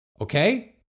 okay